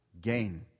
gain